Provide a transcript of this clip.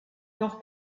noch